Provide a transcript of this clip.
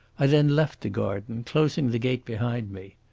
i then left the garden, closing the gate behind me.